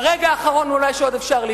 ברגע האחרון שעוד אפשר אולי,